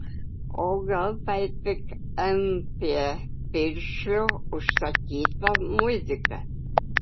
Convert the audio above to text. o gal tai tik mp piršlio užsakyta muzika